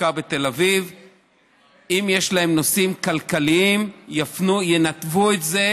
אם יש להם נושאים כלכליים, הם ינתבו את זה